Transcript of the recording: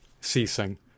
ceasing